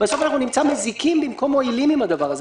בסוף אנחנו נימצא מזיקים במקום מועילים עם הדבר הזה.